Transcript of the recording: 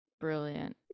Brilliant